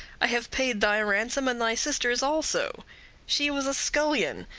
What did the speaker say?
i have paid thy ransom, and thy sister's also she was a scullion,